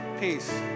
peace